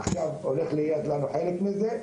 עכשיו הולך להיות לנו חלק מזה,